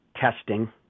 testing